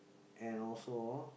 and also